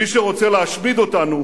מי שרוצה להשמיד אותנו